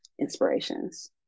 inspirations